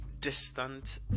distant